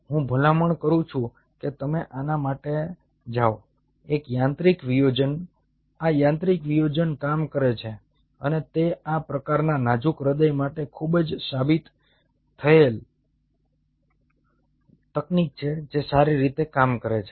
હું ભલામણ કરું છું કે તમે આના માટે જાઓ એક યાંત્રિક વિયોજન આ યાંત્રિક વિયોજન કામ કરે છે અને તે આ પ્રકારના નાજુક હૃદય માટે ખૂબ જ સાબિત તકનીક છે જે સારી રીતે કામ કરે છે